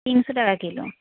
তিনশো টাকা কিলো